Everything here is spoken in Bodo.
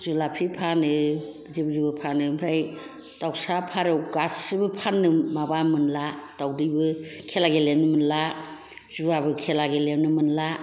जुलाफे फानो जेबो जेबो फानो ओमफ्राय दाउसा फारौ गासिबो फान्नो माबा मोनला दाउदैबो खेला गेलेनो मोनला जुवाबो खेला गेलेनो मोनला